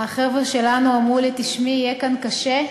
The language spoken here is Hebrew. החבר'ה שלנו אמרו לי: תשמעי, יהיה כאן קשה.